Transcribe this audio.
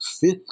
Fifth